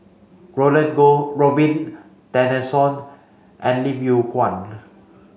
Roland Goh Robin Tessensohn and Lim Yew Kuan